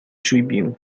tribune